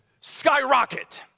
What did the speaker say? skyrocket